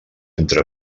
entre